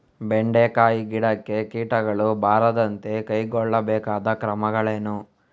ಬೆಂಡೆಕಾಯಿ ಗಿಡಕ್ಕೆ ಕೀಟಗಳು ಬಾರದಂತೆ ಕೈಗೊಳ್ಳಬೇಕಾದ ಕ್ರಮಗಳೇನು?